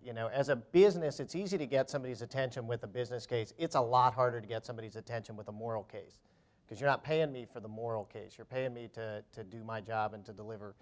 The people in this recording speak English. you know as a business it's easy to get somebody's attention with a business case it's a lot harder to get somebody's attention with a moral case because you're not paying me for the moral case you're paying me to do my job and to deliver